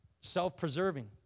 Self-preserving